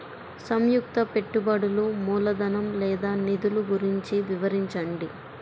సంయుక్త పెట్టుబడులు మూలధనం లేదా నిధులు గురించి వివరించండి?